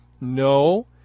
No